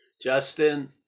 Justin